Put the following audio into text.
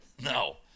No